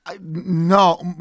no